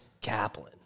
Kaplan